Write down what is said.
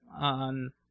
on